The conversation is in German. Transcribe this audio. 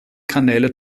kanäle